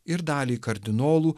ir daliai kardinolų